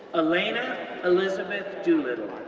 elena elizabeth doolittle,